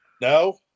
No